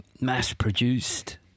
mass-produced